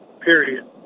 period